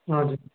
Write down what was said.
हजुर